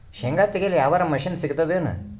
ಶೇಂಗಾ ತೆಗೆಯಲು ಯಾವರ ಮಷಿನ್ ಸಿಗತೆದೇನು?